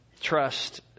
trust